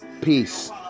peace